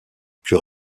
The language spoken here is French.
plus